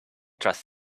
trust